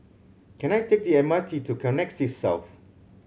can I take the M R T to Connexis South